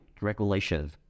regulations